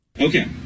Okay